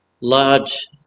large